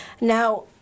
now